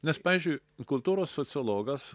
nes pavyzdžiui kultūros sociologas